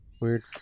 Weird